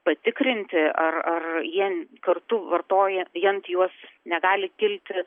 patikrinti ar ar jie kartu vartoja jant juos negali kilti